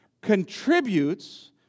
contributes